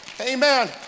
Amen